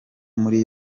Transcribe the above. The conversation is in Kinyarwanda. muri